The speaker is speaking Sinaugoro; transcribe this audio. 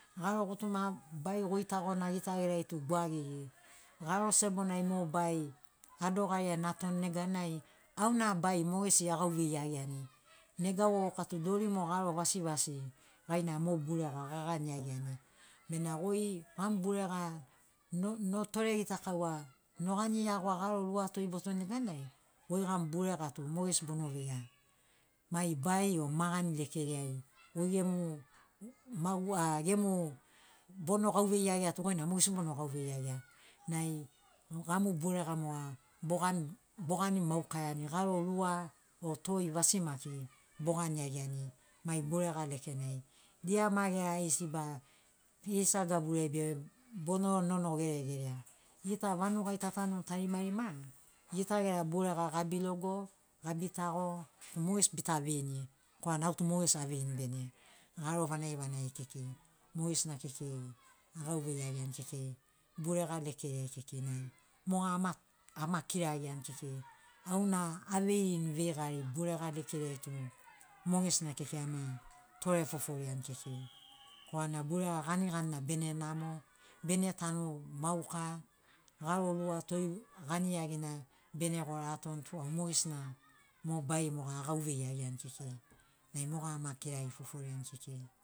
Garo gutuma bai goitagona gita gerai tu gwagigi garo sebonai mo bai tadogariani atoni neganai auna bai mogesi agauvei iagiani nega vovoka tu dori mo garo vasivasi gaina mo burega gagani iagiani bena goi am burega non notore gitakaua nogani iagoa garo rua toi botoni neganai goi gamu burega tu mogesi bono veia mai bai o magani lekeriai goi gemu mau a gemu bono gauvei iagia tu goina mogesi bono gauvei iagia nai gamu burega moga bogan bogani maukaiani garo rua o toi vasi maki bogani iagiani mai burega lekenai dia ma gera aisi ba friza gaburiai be bono nono geregerea gita vanugai ta tanuni tarimarima gita gera burega gabi logo gabi tago mogesi bita veini korana autu mogesi aveini bene garo vanagi vanagi kekei mogesina kekei agauvei iagiani kekei burega lekeriai kekei moga ama ama kiragiani kekei auna aveirini veigari burega lekeriai tu mogesina kekei ama tore foforiani kekei korana burega ganiganina bene namo bene tanu mauka garo rua toi gani iagina bene gora atoni tu mogesina mo bai moga agauvei iagiani kekei nai moga ama tore foforiani kekei.